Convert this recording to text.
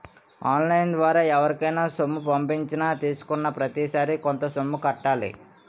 on line ద్వారా ఎవరికైనా సొమ్ము పంపించినా తీసుకున్నాప్రతిసారి కొంత సొమ్ము కట్టాలి